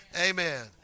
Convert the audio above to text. Amen